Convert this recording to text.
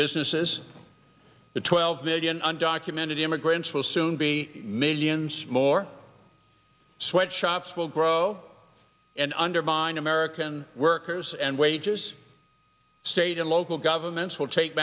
businesses the twelve million undocumented immigrants will soon be millions more sweatshops will grow and undermine american workers and wages state and local governments will take